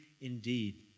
indeed